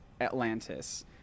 Atlantis